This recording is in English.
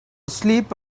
sleep